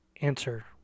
Answer